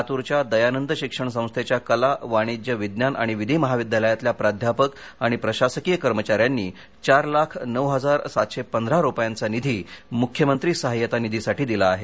लातूरच्या दयानंद शिक्षण संस्थेच्या कला वाणिज्य विज्ञान आणि विधी महाविद्यालयातल्या प्राध्यापक आणि प्रशासकीय कर्मचार्यांनी चार लाख नऊ हजार सातशे पंधरा मुख्यमंत्री सहाय्यता निधीसाठी दिले आहेत